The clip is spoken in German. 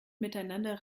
miteinander